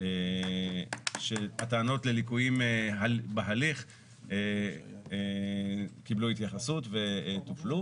הטענות לליקויים בהליך קיבלו התייחסות וטופלו.